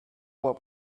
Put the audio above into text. were